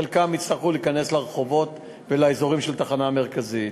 חלקם יצטרכו להיכנס לרחובות ולאזורים של התחנה המרכזית.